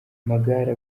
amagare